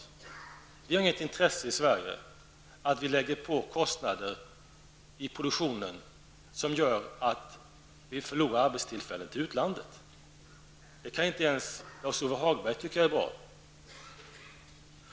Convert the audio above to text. Vi i Sverige har inget intresse av att det läggs kostnader på produktionen som gör att vi förlorar arbetstillfällen till utlandet. Det kan inte ens Lars-Ove Hagberg tycka är bra.